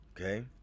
Okay